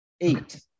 eight